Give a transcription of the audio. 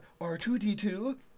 r2d2